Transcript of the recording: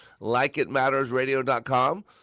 likeitmattersradio.com